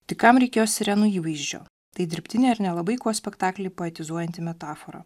tik kam reikėjo sirenų įvaizdžio tai dirbtinė ir nelabai kuo spektaklį poetizuojanti metafora